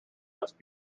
must